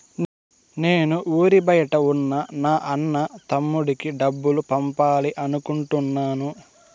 నేను ఊరి బయట ఉన్న నా అన్న, తమ్ముడికి డబ్బులు పంపాలి అనుకుంటున్నాను